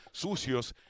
sucios